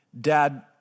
Dad